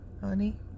Honey